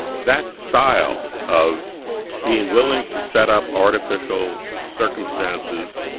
that style of being willing to set up artificial circumstances,